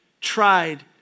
tried